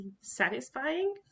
satisfying